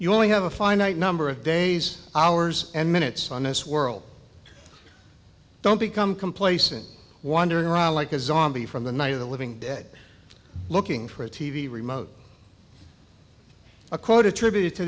you only have a finite number of days hours and minutes on this world don't become complacent wandering around like a zombie from the night of the living dead looking for a t v remote a quote attributed to t